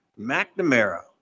McNamara